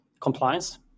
compliance